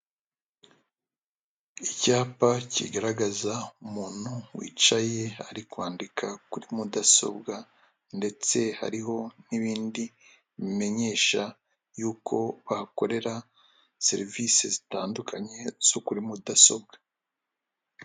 Icyapa kigaragaza umuntu wicaye ari kwandika kuri mudasobwa ndetse hariho n'ibindi bimenyesha yuko bahakorera serivisi zitandukanye zo kuri mudasobwa.